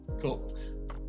Cool